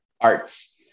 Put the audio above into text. arts